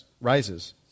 rises